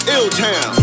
Illtown